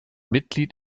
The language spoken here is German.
mitglied